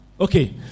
Okay